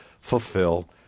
fulfill